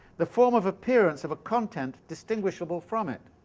the form of appearance of a content distinguishable from it.